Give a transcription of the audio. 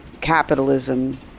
capitalism